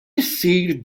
issir